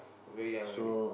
very young very